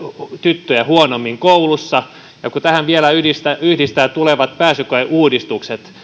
tyttöjä huonommin koulussa ja kun tähän vielä yhdistää yhdistää tulevat pääsykoeuudistukset